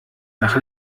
nach